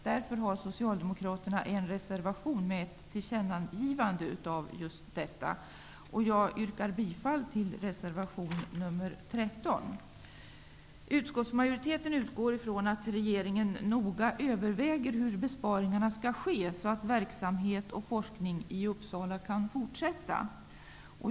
Därför har socialdemokraterna inlämnat en reservation med ett tillkännagivande av just detta. Jag yrkar bifall till reservation 13. Utskottsmajoriteten utgår ifrån att regeringen noga överväger hur besparingarna skall ske så att verksamhet och forskning i Uppsala kan fortsätta.